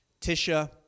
Tisha